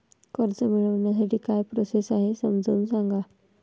कर्ज मिळविण्यासाठी काय प्रोसेस आहे समजावून सांगा